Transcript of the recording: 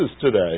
today